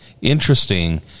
interesting